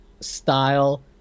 style –